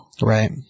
Right